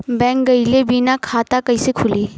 Bank गइले बिना खाता कईसे खुली?